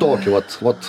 tokį vot vot